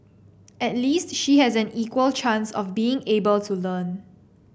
at least she has an equal chance of being able to learn